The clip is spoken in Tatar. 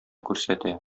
күрсәтә